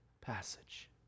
passage